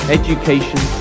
education